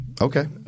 Okay